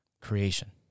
creation